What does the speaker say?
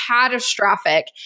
catastrophic